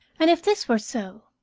and, if this were so,